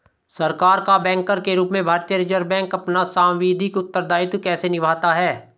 सरकार का बैंकर के रूप में भारतीय रिज़र्व बैंक अपना सांविधिक उत्तरदायित्व कैसे निभाता है?